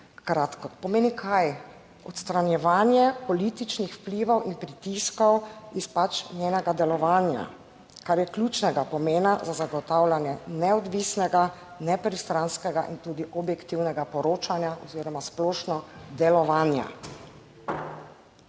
pomeni kaj? Odstranjevanje političnih vplivov in pritiskov iz pač njenega delovanja, kar je ključnega pomena za zagotavljanje neodvisnega, nepristranskega in tudi objektivnega poročanja oziroma splošno delovanja.